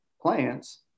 plants